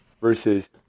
versus